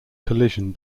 collision